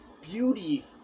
beauty